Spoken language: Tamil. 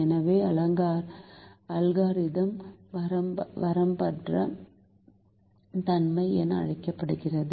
எனவே அல்காரிதம் வரம்பற்ற தன்மை என அழைக்கப்படுகிறது